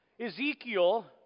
Ezekiel